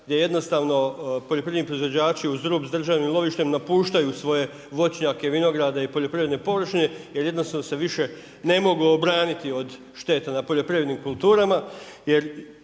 gdje jednostavno poljoprivredni proizvođači uz rub sa državnim lovištem, napuštaju svoje voćnjake, vinograde i poljoprivredne površine jer jednostavno se više ne mogu obraniti od šteta na poljoprivrednim kulturama jer